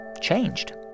changed